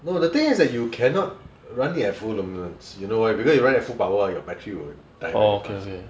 no the thing is that you cannot run it at full luminance you know why because you run at full power ah your battery will die very fast